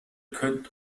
könntet